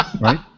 right